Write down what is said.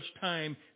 time